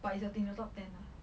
but it's in the top ten lah